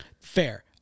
Fair